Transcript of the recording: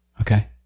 Okay